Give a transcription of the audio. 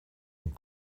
den